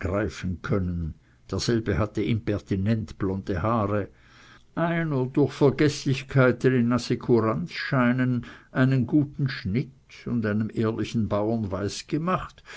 greifen konnte derselbe hatte impertinent blonde haare einer durch vergeßlichkeiten in assekuranzscheinen einen guten schnitt und einem ehrlichen bauern